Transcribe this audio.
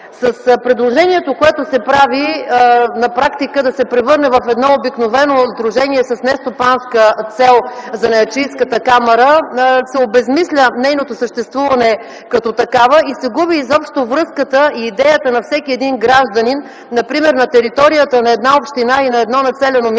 С предложението, което се прави на практика - Занаятчийската камара да се превърне в едно обикновено сдружение с нестопанска цел, се обезсмисля нейното съществуване като такава и се губи изобщо връзката и идеята на всеки един гражданин например на територията на една община и на едно населено място